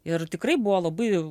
ir tikrai buvo labai